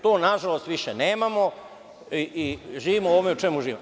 To na žalost više nemamo i živimo u ovome u čemu živimo.